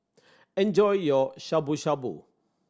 enjoy your Shabu Shabu